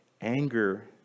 anger